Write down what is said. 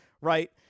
right